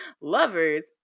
lovers